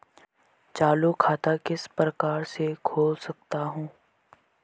चालू खाता किस प्रकार से खोल सकता हूँ?